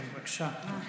כן, בבקשה.